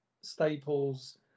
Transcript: Staples